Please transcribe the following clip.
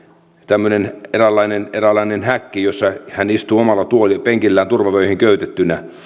tämmöinen eräänlainen eräänlainen häkki jossa hän istuu omalla penkillään turvavöihin köytettynä